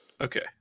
Okay